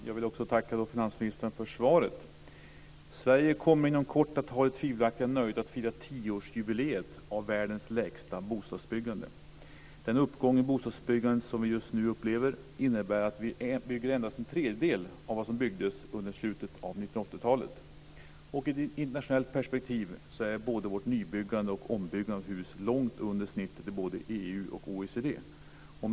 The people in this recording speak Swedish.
Fru talman! Jag vill tacka finansministern för svaret. Sverige kommer inom kort att ha det tvivelaktiga nöjet att fira tioårsjubileet av världens lägsta bostadsbyggande. Den uppgång i bostadsbyggandet som vi just nu upplever innebär att vi bygger endast en tredjedel av vad som byggdes under slutet av 1980-talet. I ett internationellt perspektiv är både nybyggnad och ombyggnad av hus långt under snittet i både EU och OECD.